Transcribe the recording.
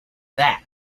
that